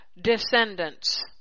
descendants